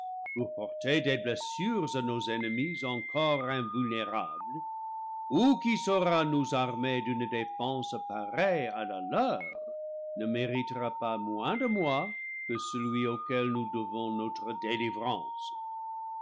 pour porter des bles sures à nos ennemis encore invulnérables ou qui saura nous armer d'une défense pareille à la leur ne méritera pas moins de moi que celui auquel nous devons notre délivrance